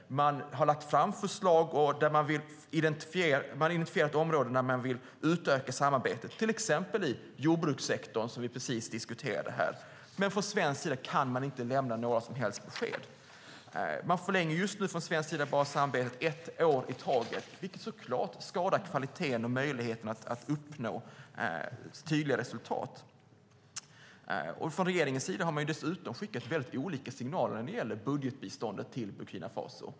Man har identifierat områden där man vill utöka samarbetet - det gäller till exempel jordbrukssektorn, som vi precis diskuterade. Men från svensk sida kan man inte lämna några som helst besked. Man förlänger just nu, från svensk sida, bara samarbetet ett år i taget, vilket såklart skadar kvaliteten och möjligheterna att uppnå tydliga resultat. Från regeringens sida har man dessutom skickat väldigt olika signaler när det gäller budgetbiståndet till Burkina Faso.